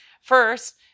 First